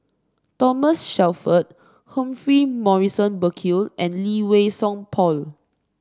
Thomas Shelford Humphrey Morrison Burkill and Lee Wei Song Paul